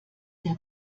der